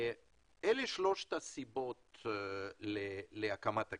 אלה שלושת הסיבות להקמת הקרן.